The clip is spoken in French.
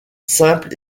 simple